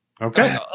Okay